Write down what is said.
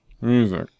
Music